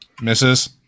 Misses